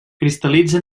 cristal·litza